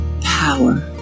power